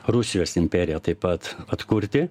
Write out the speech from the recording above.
rusijos imperiją taip pat atkurti